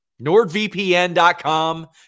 NordVPN.com